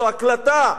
זו הקלטה.